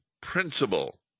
principle